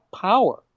power